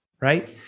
Right